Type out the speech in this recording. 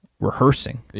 rehearsing